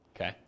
Okay